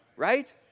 Right